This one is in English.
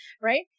right